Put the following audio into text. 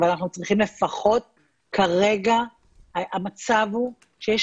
אבל אנחנו צריכים לפחות המצב הוא שיש